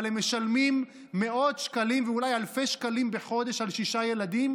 אבל הם משלמים מאות שקלים ואולי אלפי שקלים בחודש על שישה ילדים,